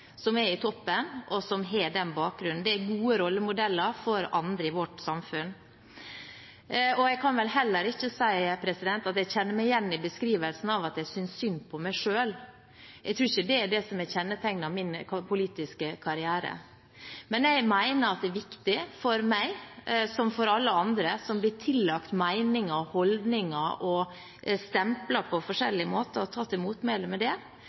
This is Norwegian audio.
som er i toppen, og som har den bakgrunnen. Det er gode rollemodeller for andre i vårt samfunn. Jeg kan vel heller ikke si at jeg kjenner meg igjen i beskrivelsen av at jeg synes synd på meg selv. Jeg tror ikke det kjennetegner min politiske karriere. Men jeg mener at det er viktig for meg, som for alle andre som blir tillagt meninger og holdninger og blir stemplet på forskjellige måter, å ta til motmæle mot det,